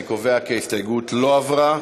אני קובע כי ההסתייגות לא התקבלה.